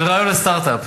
זה רעיון לסטארט-אפ.